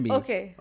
okay